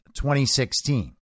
2016